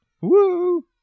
Woo